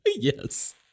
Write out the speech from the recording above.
yes